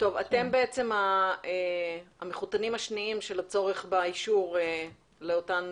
אתם בעצם המחותנים השניים של הצורך באישור לאותה